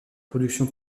production